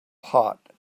pot